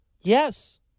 Yes